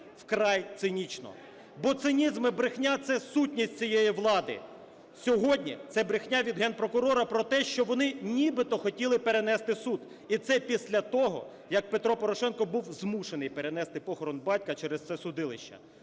вкрай цинічно, бо цинізм і брехня – це сутність цієї влади. Сьогодні це брехня від Генпрокурора про те, що вони нібито хотіли перенести суд. І це після того, як Петро Порошенко був змушений перенести похорон батька через це судилище.